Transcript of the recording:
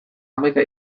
hamaika